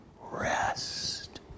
rest